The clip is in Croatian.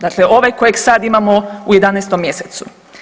Dakle, ovaj kojeg sad imamo u 11 mjesecu.